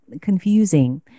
confusing